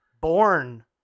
born